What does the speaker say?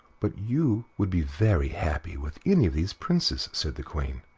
but you would be very happy with any of these princes, said the queen,